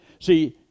See